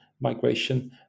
migration